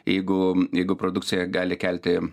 jeigu jeigu produkcija gali kelti